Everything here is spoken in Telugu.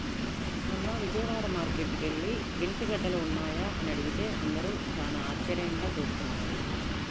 మొన్న విజయవాడ మార్కేట్టుకి యెల్లి గెనిసిగెడ్డలున్నాయా అని అడిగితే అందరూ చానా ఆశ్చర్యంగా జూత్తన్నారు